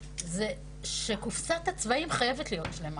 זה שקופסת הצבעים חייבת להיות שלמה,